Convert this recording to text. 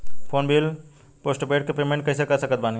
Phone bill postpaid के payment कैसे कर सकत बानी?